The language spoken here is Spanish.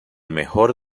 mejor